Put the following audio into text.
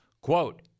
Quote